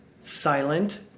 silent